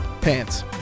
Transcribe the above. pants